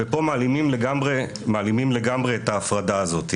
ופה מעלימים לגמרי את ההפרדה הזו.